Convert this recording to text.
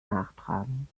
nachtragen